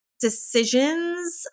decisions